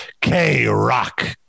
K-Rock